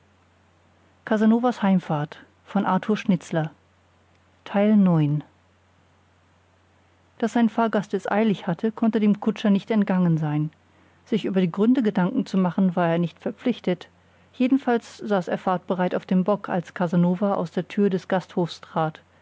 daß sein fahrgast es eilig hatte konnte dem kutscher nicht entgangen sein sich über die gründe gedanken zu machen war er nicht verpflichtet jedenfalls saß er fahrtbereit auf dem bock als casanova aus der tür des gasthofs trat